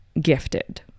gifted